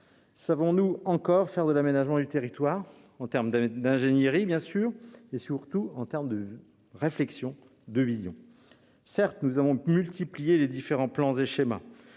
savons-nous encore faire de l'aménagement du territoire, en termes d'ingénierie, bien sûr, mais surtout en termes de réflexion, de vision ? Certes, nous avons multiplié les différents plans et schémas